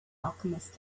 alchemist